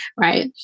Right